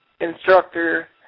instructor